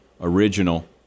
original